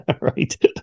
right